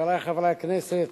חברי חברי הכנסת,